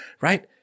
right